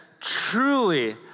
truly